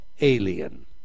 alien